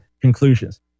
conclusions